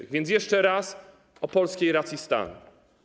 Tak więc jeszcze raz o polskiej racji stanu.